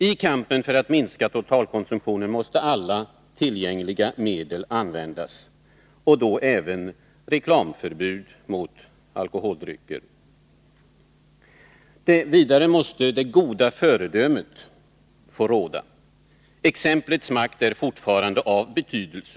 I kampen för att minska totalkonsumtionen måste alla tillgängliga medel användas och då även reklamförbud mot alkoholdrycker. Vidare måste det goda föredömet få råda. Exemplets makt är fortfarande av betydelse.